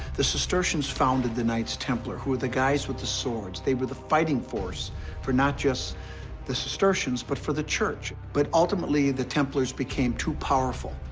the cistercians founded the knights templar, who are the guys with the swords. they were the fighting force for not just the cistercians but for the church. but ultimately, the templars became too powerful,